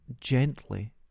gently